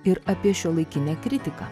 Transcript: ir apie šiuolaikinę kritiką